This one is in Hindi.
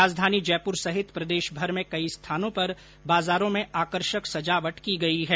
राजघानी जयपुर सहित प्रदेशभर में कई स्थानों पर बाजारो में आकर्षक सजावट की गई है